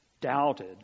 doubted